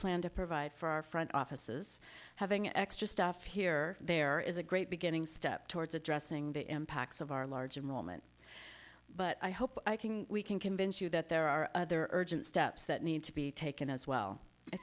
plan to provide for our front offices having extra stuff here there is a great beginning step towards addressing the impacts of our large moment but i hope we can convince you that there are other urgent steps that need to be taken as well i